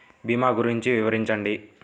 భీమా గురించి వివరించండి?